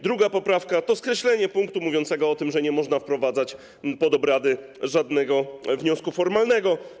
Druga poprawka dotyczy skreślenia punktu mówiącego o tym, że nie można wprowadzać pod obrady żadnego wniosku formalnego.